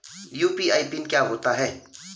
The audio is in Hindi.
यु.पी.आई पिन क्या होता है?